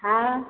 हाँ